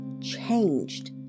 changed